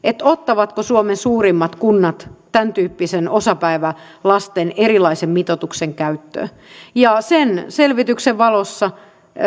ottavatko suomen suurimmat kunnat tämäntyyppisen osapäivälasten erilaisen mitoituksen käyttöön ja sen selvityksen valossa